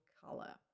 color